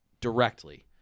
Directly